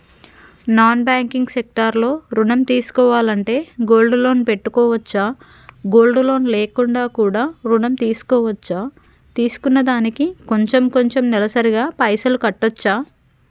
Non banking sector లో ఋణం తీసుకోవాలంటే గోల్డ్ లోన్ పెట్టుకోవచ్చా? గోల్డ్ లోన్ లేకుండా కూడా ఋణం తీసుకోవచ్చా? తీసుకున్న దానికి కొంచెం కొంచెం నెలసరి గా పైసలు కట్టొచ్చా?